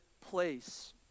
place